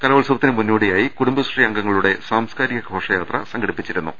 കലോത്സവത്തിന് മുന്നോടിയായി കുടുംബശ്രീ അംഗങ്ങളുടെ സാംസ്കാരിക ഘോഷയാത്ര സംഘടിപ്പിച്ചിരു ന്നു